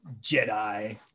Jedi